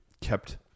kept